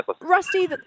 Rusty